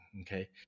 okay